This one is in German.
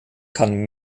kann